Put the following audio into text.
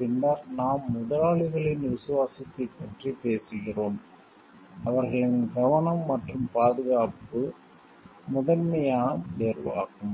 பின்னர் நாம் முதலாளிகளின் விசுவாசத்தைப் பற்றி பேசுகிறோம் அவர்களின் கவனம் மற்றும் பாதுகாப்பு முதன்மையான தேர்வாகும்